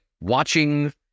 watching